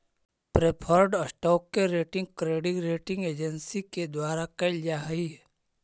preferred stock के rating credit rating agency के द्वारा कैल जा हइ